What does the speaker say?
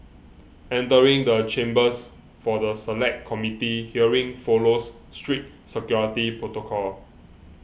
entering the chambers for the Select Committee hearing follows strict security protocol